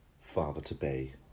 father-to-be